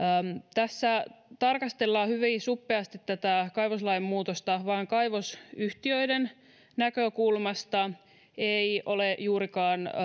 tässä tarkastellaan hyvin suppeasti tätä kaivoslain muutosta vain kaivosyhtiöiden näkökulmasta ei ole juurikaan